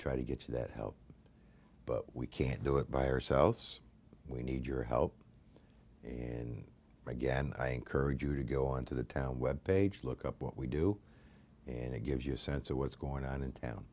try to get to that help but we can't do it by ourselves we need your help and again i encourage you to go on to the town web page look up what we do and it gives you a sense of what's going on in town